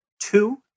Two